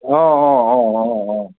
অ' অ' অ' অ' অ'